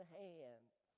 hands